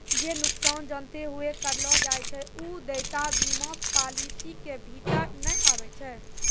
जे नुकसान जानते हुये करलो जाय छै उ देयता बीमा पालिसी के भीतर नै आबै छै